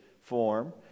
form